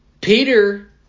Peter